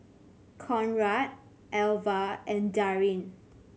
Conrad Alva and Darrin